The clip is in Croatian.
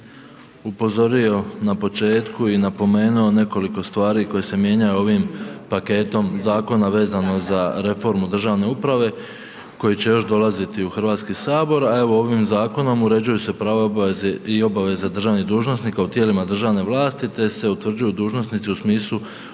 upozorio na početku i napomenuo nekoliko stvari koje se mijenjaju ovim paketom zakona vezano za reformu državne uprave koji će još dolaziti u Hrvatski sabor a evo ovim zakonom uređuju se prava i obaveze državnih dužnosnika u tijelima državne vlasti te se utvrđuju dužnosnici u smislu